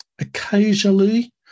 Occasionally